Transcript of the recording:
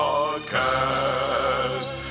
Podcast